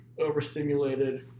overstimulated